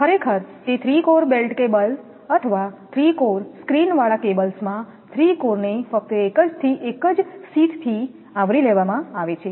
ખરેખર તે 3 core belted cables અથવા 3 કોર સ્ક્રીનવાળા કેબલ્સમાં 3 કોર ને ફક્ત એક જ શીથ થી આવરી લેવામાં આવે છે